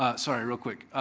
ah sorry, real quick.